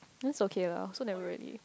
that's okay lah I also never ready